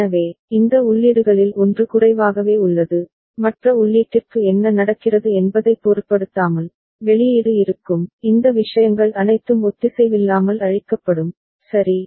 எனவே இந்த உள்ளீடுகளில் ஒன்று குறைவாகவே உள்ளது மற்ற உள்ளீட்டிற்கு என்ன நடக்கிறது என்பதைப் பொருட்படுத்தாமல் வெளியீடு இருக்கும் இந்த விஷயங்கள் அனைத்தும் ஒத்திசைவில்லாமல் அழிக்கப்படும் சரி